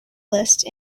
list